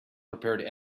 prepared